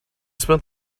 spent